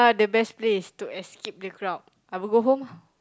the best place to escape the crowd I would go home